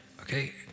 Okay